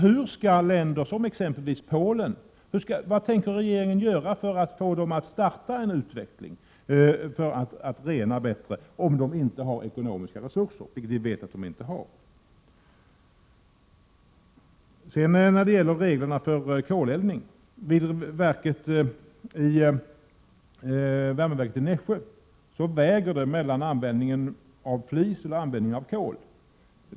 Hur tänker regeringen annars göra för att få länder, exempelvis Polen, att starta en utveckling mot bättre rening av utsläppen, om de inte har ekonomiska resurser, vilket vi vet att de inte har? När det gäller reglerna för koleldning kan jag nämna att man vid 4” värmeverket i Nässjö väger mellan att använda flis eller kol.